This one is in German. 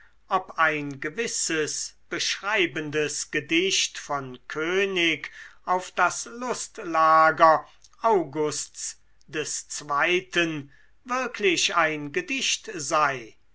ob ein gewisses beschreibendes gedicht von könig auf das lustlager augusts des zweiten wirklich ein gedicht sei